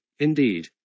Indeed